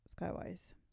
Skywise